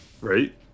right